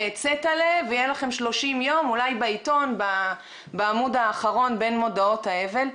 צטעל'ה ויהיו לכם 30 יום אולי בעיתון בעמוד האחרון בין מודעות האבל.